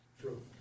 True